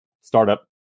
startup